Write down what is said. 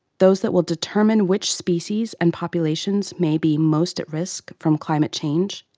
those that will determine which species and populations may be most at risk from climate change,